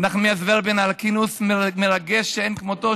נחמיאס ורבין על כינוס מרגש מאין כמותו,